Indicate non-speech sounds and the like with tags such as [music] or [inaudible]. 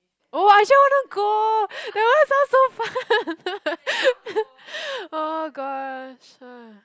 oh I actually wanna go [breath] that one sound so fun [laughs] oh gosh !ugh!